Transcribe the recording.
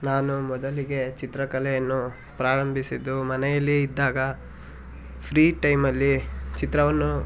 ನಾನು ಮೊದಲಿಗೆ ಚಿತ್ರಕಲೆಯನ್ನು ಪ್ರಾರಂಭಿಸಿದ್ದು ಮನೆಯಲ್ಲಿ ಇದ್ದಾಗ ಫ್ರೀ ಟೈಮಲ್ಲಿ ಚಿತ್ರವನ್ನು